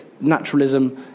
naturalism